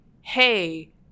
Hey